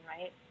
right